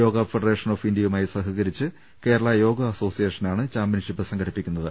yoga federation of ഇന്ത്യയുമായി സഹകരിച്ച് കേരള യോഗ അസോസിയേഷനാണ് ചാമ്പ്യൻഷിപ്പ് സംഘടിപ്പിക്കു ന്നത്